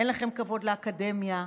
אין לכם כבוד לאקדמיה.